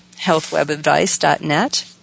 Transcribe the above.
healthwebadvice.net